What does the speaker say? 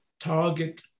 Target